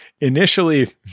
initially